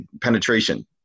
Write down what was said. penetration